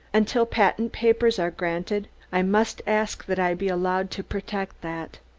until patent papers are granted i must ask that i be allowed to protect that.